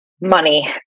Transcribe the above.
Money